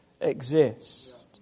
exist